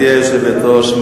גברתי היושבת-ראש,